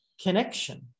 connection